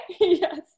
Yes